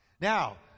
Now